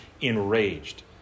enraged